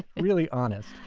really honest.